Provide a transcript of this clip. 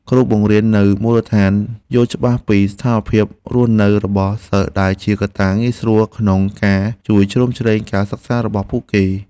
គ្រូបង្រៀននៅមូលដ្ឋានយល់ច្បាស់ពីស្ថានភាពរស់នៅរបស់សិស្ស ដែលជាកត្តាងាយស្រួលក្នុងការជួយជ្រោមជ្រែងការសិក្សារបស់ពួកគេ។